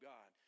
God